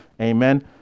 amen